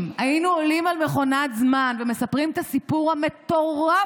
אם היינו עולים על מכונת זמן ומספרים את הסיפור המטורף